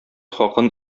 хакын